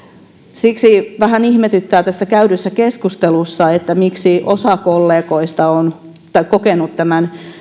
siksi vähän ihmetyttää tässä käydyssä keskustelussa se miksi osa kollegoista on kokenut tämän